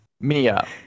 Mia